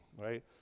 right